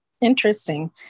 Interesting